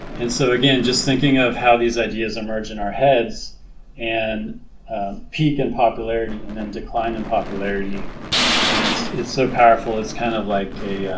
and so again just thinking of how these ideas emerge in our heads and peak in popularity and then decline in popularity and it's it's so powerful it's kind of like a